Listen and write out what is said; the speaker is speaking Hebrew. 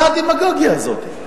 מה הדמגוגיה הזאת?